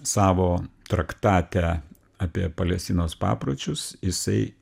savo traktate apie palestinos papročius jisai